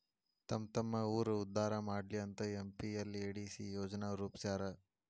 ತಮ್ಮ್ತಮ್ಮ ಊರ್ ಉದ್ದಾರಾ ಮಾಡ್ಲಿ ಅಂತ ಎಂ.ಪಿ.ಎಲ್.ಎ.ಡಿ.ಎಸ್ ಯೋಜನಾ ರೂಪ್ಸ್ಯಾರ